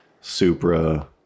supra